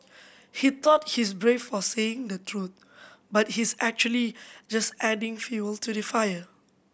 he thought he's brave for saying the truth but he's actually just adding fuel to the fire